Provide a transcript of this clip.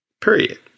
Period